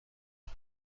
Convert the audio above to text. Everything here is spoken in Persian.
کنم